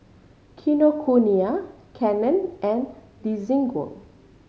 Kinokuniya Canon and Desigual